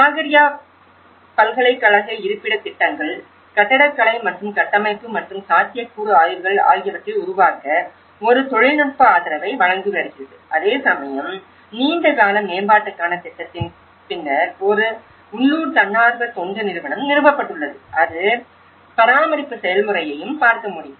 சாகர்யா பல்கலைக்கழக இருப்பிடத் திட்டங்கள் கட்டடக்கலை மற்றும் கட்டமைப்பு மற்றும் சாத்தியக்கூறு ஆய்வுகள் ஆகியவற்றை உருவாக்க ஒரு தொழில்நுட்ப ஆதரவை வழங்கி வருகிறது அதேசமயம் நீண்ட கால மேம்பாட்டுக்கான திட்டத்தின் பின்னர் ஒரு உள்ளூர் தன்னார்வ தொண்டு நிறுவனம் நிறுவப்பட்டுள்ளது அது பராமரிப்பு செயல்முறையையும் பார்க்க முடியும்